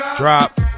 Drop